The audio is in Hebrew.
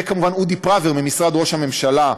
וכמובן לאודי פראוור ממשרד ראש הממשלה,